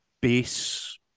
base